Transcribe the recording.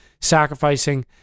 sacrificing